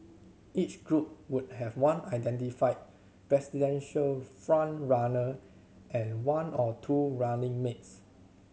each group would have one identified presidential front runner and one or two running mates